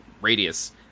radius